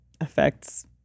affects